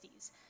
1960s